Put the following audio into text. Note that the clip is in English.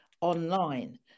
online